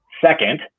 second